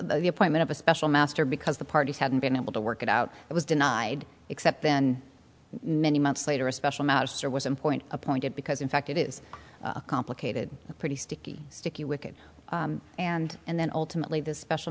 the appointment of a special master because the parties hadn't been able to work it out it was denied except then many months later a special mauser was important appointed because in fact it is a complicated pretty sticky sticky wicket and and then ultimately the special